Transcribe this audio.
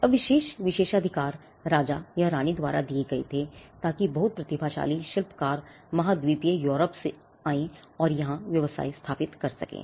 अब विशेष विशेषाधिकार राजा या रानी द्वारा दिए गए थे ताकि बहुत प्रतिभाशाली शिल्पकार महाद्वीपीय यूरोप से आएं और यहाँ व्यवसाय स्थापित कर सकें